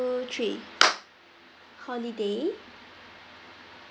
three holiday